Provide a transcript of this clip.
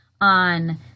on